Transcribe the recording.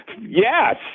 yes